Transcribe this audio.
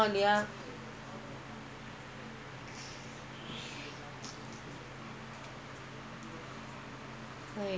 see lah if if matar father can help okay lah hundred thousand after I sell my house only I will give back